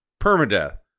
permadeath